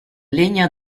legna